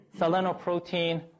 selenoprotein